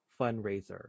fundraiser